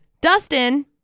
Dustin